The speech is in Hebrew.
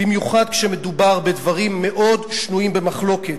במיוחד כשמדובר בדברים מאוד שנויים במחלוקת.